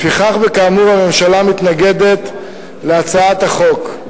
לפיכך, וכאמור, הממשלה מתנגדת להצעת החוק.